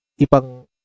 ipang